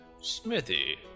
Smithy